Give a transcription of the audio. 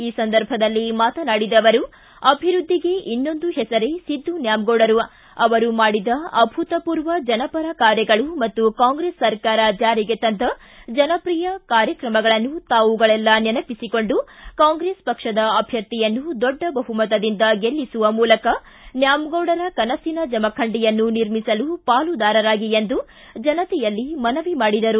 ಈ ಸಂದರ್ಭದಲ್ಲಿ ಮಾತನಾಡಿದ ಅವರು ಅಭಿವೃದ್ಧಿಗೆ ಇನ್ನೊಂದು ಹೆಸರೆ ಸಿದ್ದು ನ್ಯಾಮಗೌಡರು ಅವರು ಮಾಡಿದ ಅಭೂತಪೂರ್ವ ಜನಪರ ಕಾರ್ಯಗಳು ಮತ್ತು ಕಾಂಗ್ರೆಸ್ ಸರ್ಕಾರ ಜಾರಿಗೆ ತಂದ ಜನಪ್ರಿಯ ಕಾರ್ಯಕ್ರಮಗಳನ್ನು ತಾವುಗಳೆಲ್ಲ ನೆನಪಿಸಿಕೊಂಡು ಕಾಂಗ್ರೆಸ್ ಪಕ್ಷದ ಅಭ್ಯರ್ಥಿಯನ್ನು ದೊಡ್ಡ ಬಹುಮತದಿಂದ ಗೆಲ್ಲಿಸುವ ಮೂಲಕ ನ್ಯಾಮಗೌಡರ ಕನಸಿನ ಜಮಖಂಡಿಯನ್ನು ನಿರ್ಮಿಸಲು ಪಾಲುದಾರರಾಗಿ ಎಂದು ಜನತೆಯಲ್ಲಿ ಮನವಿ ಮಾಡಿದರು